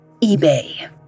eBay